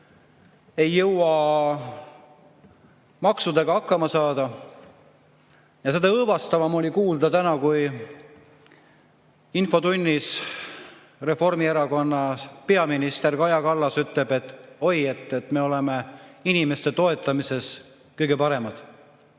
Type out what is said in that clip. ei saa maksudega hakkama. Seda õõvastavam oli kuulda täna, kui infotunnis Reformierakonna [esimees], peaminister Kaja Kallas ütles, et oi, me oleme inimeste toetamises kõige paremad.